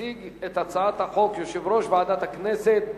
יציג את הצעת החוק יושב-ראש ועדת הכנסת,